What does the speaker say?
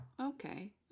okay